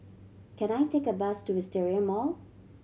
can I take a bus to Wisteria Mall